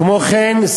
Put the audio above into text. כמו כן,